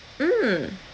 mm